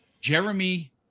Jeremy